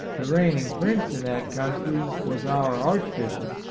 the reigning prince in that country was our archbishop.